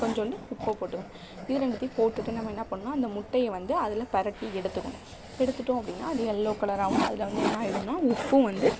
கொஞ்சோண்டு உப்பை போட்டுக்கணும் இது ரெண்டுத்தையும் போட்டுகிட்டு நம்ம என்ன பண்ணுன்னா அந்த முட்டையை வந்து அதில் பிரட்டி எடுத்துக்கணும் எடுத்துகிட்டோம் அப்படின்னா அது எல்லோ கலராகவும் அதில் வந்து என்ன ஆயிடும்னா உப்பும் வந்து